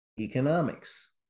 economics